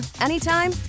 anytime